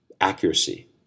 accuracy